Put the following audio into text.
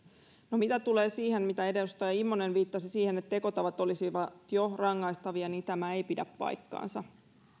mitä tulee siihen mihin edustaja immonen viittasi että tekotavat olisivat jo rangaistavia niin tämä ei pidä paikkaansa